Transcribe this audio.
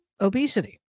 obesity